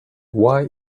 why